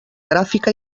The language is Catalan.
gràfica